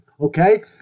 okay